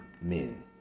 men